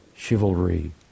chivalry